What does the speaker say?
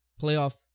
playoff